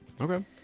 Okay